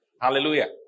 Hallelujah